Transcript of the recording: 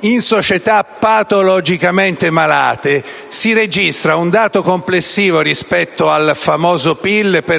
in società patologicamente malate si registra un dato complessivo per